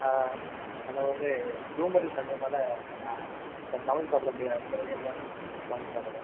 அதில் வந்து ரூம் எடுத்து தங்குறதுனால நான் இப்போ சமைச்சு சாப்பிட முடியாதுனால வெளிலருந்து தான் சார் வாங்கி சாப்பிட்றேன்